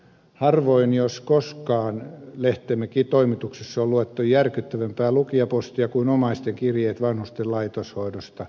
harvoin jos koskaan lehtemme toimituksessa on luettu järkyttävämpää lukijapostia kuin omaisten kirjeet vanhusten laitoshoidosta